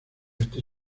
este